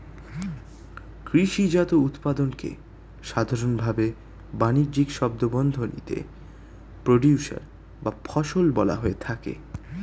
কৃষিজাত উৎপাদনকে সাধারনভাবে বানিজ্যিক শব্দবন্ধনীতে প্রোডিউসর বা ফসল বলা হয়ে থাকে